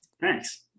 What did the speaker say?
Thanks